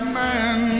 man